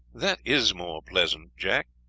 that is more pleasant, jack,